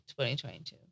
2022